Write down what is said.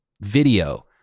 video